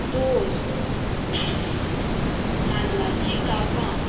दोस नाल्लाचीं कापां